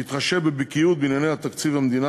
בהתחשב בבקיאות בענייני תקציב המדינה